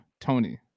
Tony